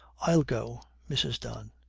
i'll go mrs. don.